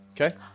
Okay